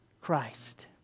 Christ